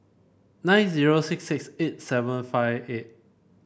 nine zero six six eight seven five eight